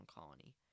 Colony